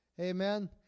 Amen